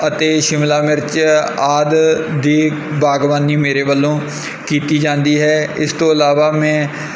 ਅਤੇ ਸ਼ਿਮਲਾ ਮਿਰਚ ਆਦਿ ਦੀ ਬਾਗਵਾਨੀ ਮੇਰੇ ਵੱਲੋਂ ਕੀਤੀ ਜਾਂਦੀ ਹੈ ਇਸ ਤੋਂ ਇਲਾਵਾ ਮੈਂ